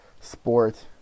Sport